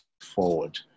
forward